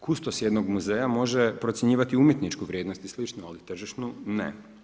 Kustos jednog muzeja može procjenjivati umjetničku vrijednost i slično, ali tržišnu ne.